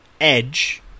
Edge